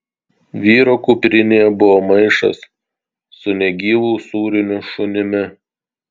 vyro kuprinėje buvo maišas su negyvu usūriniu šunimi